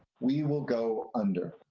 we will go under.